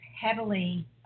heavily